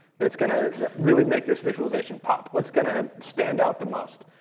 that's going to really make this visualization pop? what's going to stand out the most?